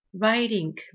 writing